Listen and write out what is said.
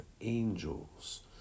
angels